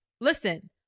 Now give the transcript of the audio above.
listen